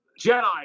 Jedi